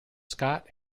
scott